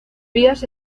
vías